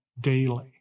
daily